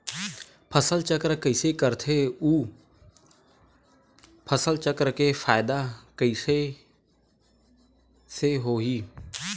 फसल चक्र कइसे करथे उ फसल चक्र के फ़ायदा कइसे से होही?